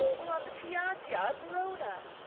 or on the piaggia at verona.